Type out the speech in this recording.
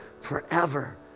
forever